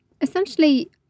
essentially